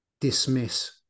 dismiss